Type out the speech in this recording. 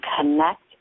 connect